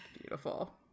Beautiful